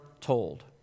told